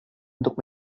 untuk